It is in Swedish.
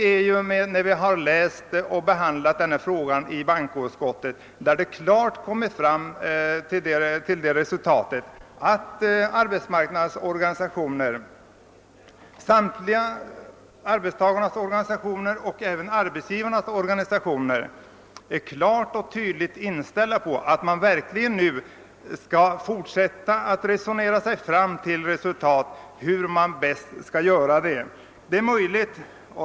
Vi har nämligen läst om och behandlat denna fråga i bankoutskottet och då har vi kommit fram till att samtliga arbetstagarorganisationer, och även arbetsgivarnas organisationer, är helt inställda på att man nu verkligen skall fortsätta att resonera sig fram till hur man bäst skall lösa problemen.